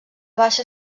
baixa